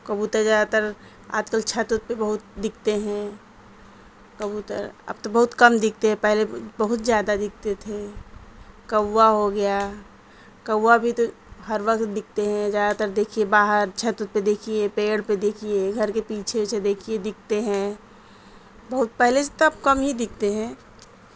کبوتر زیادہ تر آج کل چھت ات پہ بہت دکھتے ہیں کبوتر اب تو بہت کم دکھتے ہیں پہلے بہت زیادہ دکھتے تھے کوا ہو گیا کوا بھی تو ہر وقت دکھتے ہیں زیادہ تر دیکھیے باہر چھت ات پہ دیکھیے پیڑ پہ دیکھیے گھر کے پیچھے اوچھے دیکھیے دکھتے ہیں بہت پہلے سے تو اب کم ہی دکھتے ہیں